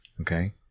Okay